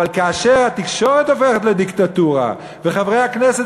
אבל כאשר התקשורת הופכת לדיקטטורה וחברי הכנסת